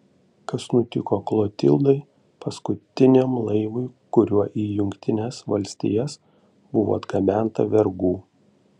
kas nutiko klotildai paskutiniam laivui kuriuo į jungtines valstijas buvo atgabenta vergų